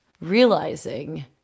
realizing